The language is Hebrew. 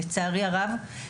לצערי הרב.